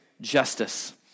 justice